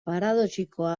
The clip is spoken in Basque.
paradoxikoa